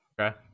Okay